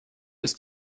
ist